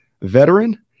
veteran